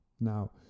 now